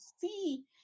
see